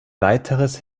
weiteres